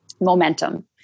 momentum